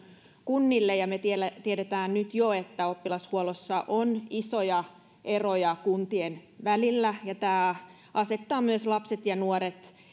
kunnille ja me tiedämme nyt jo että oppilashuollossa on isoja eroja kuntien välillä ja tämä asettaa myös lapset ja nuoret